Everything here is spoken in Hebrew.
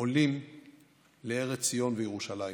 עולים לארץ ציון וירושלים.